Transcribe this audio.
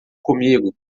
comigo